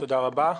תודה רבה.